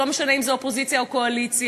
לא משנה אם מהאופוזיציה או מהקואליציה,